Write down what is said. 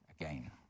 again